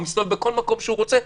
הוא מסתובב בכל מקום שהוא רוצה,